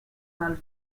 del